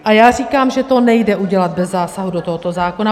A já říkám, že to nejde udělat bez zásahu do tohoto zákona.